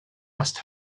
must